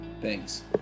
Thanks